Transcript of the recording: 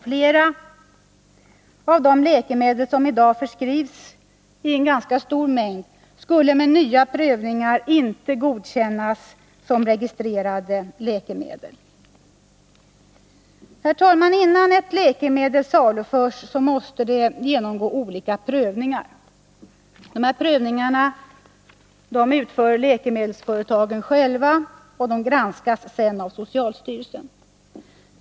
Flera av de läkemedel som i dag förskrivs i stor mängd skulle vid ny prövning inte godkännas som registrerade läkemedel. Innan ett läkemedel saluförs måste det genomgå olika prövningar. Dessa utförs av läkemedelsföretagen själva och granskas sedan av socialstyrelsen.